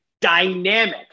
dynamic